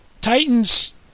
Titans